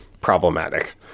problematic